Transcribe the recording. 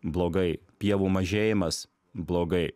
blogai pievų mažėjimas blogai